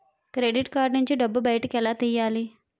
Credit card నుంచి డబ్బు బయటకు ఎలా తెయ్యలి?